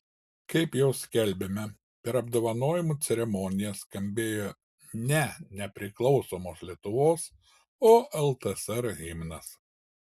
kaip jau skelbėme per apdovanojimų ceremoniją skambėjo ne nepriklausomos lietuvos o ltsr himnas